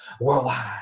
worldwide